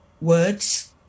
words